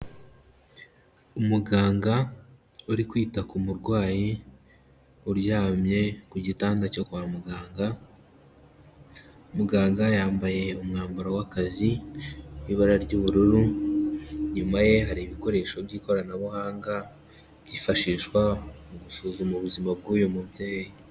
Umuganga uri kwita ku murwayi uryamye ku gitanda cyo kwa muganga, muganga yambaye umwambaro w'akazi w'ibara ry'ubururu, inyuma ye hari ibikoresho by'ikoranabuhanga byifashishwa mu gusuzuma ubuzima bw'uyu mubyeyi.